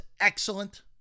excellent